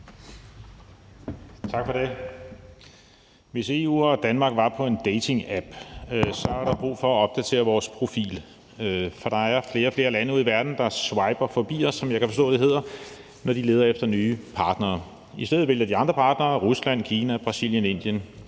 Tak for det. Hvis EU og Danmark var på en datingapp, var der brug for at opdatere vores profil, for der er flere og flere lande ude i verden, der swiper forbi os – som jeg kan forstå det hedder – når de leder efter nye partnere. I stedet vælger de andre partnere: Rusland, Kina, Brasilien, Indien.